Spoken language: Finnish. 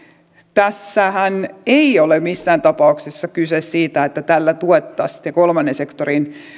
tässähän ei ole missään tapauksessa kyse siitä että tällä tuettaisiin kolmannen sektorin